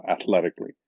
athletically